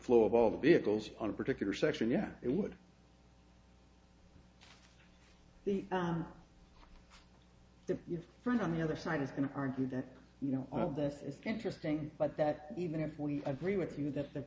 flow of all the vehicles on a particular section yeah it would be the you've been on the other side is going to argue that you know all of this is interesting but that even if we agree with you that th